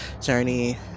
journey